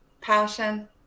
Passion